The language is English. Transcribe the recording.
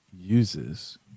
uses